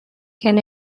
can